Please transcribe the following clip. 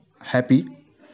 happy